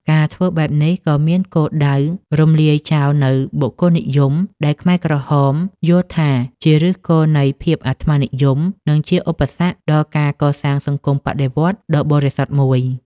ការធ្វើបែបនេះ ក៏មានគោលដៅរំលាយចោលនូវ បុគ្គលនិយម ដែលខ្មែរក្រហមយល់ថាជាឫសគល់នៃភាពអាត្មានិយម និងជាឧបសគ្គដល់ការកសាងសង្គមបដិវត្តន៍ដ៏បរិសុទ្ធមួយ។